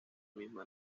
misma